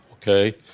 ok.